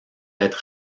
être